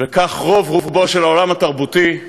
וכך רוב-רובו של העולם התרבותי,